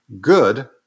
Good